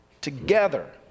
together